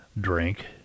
drink